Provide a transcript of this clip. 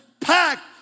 packed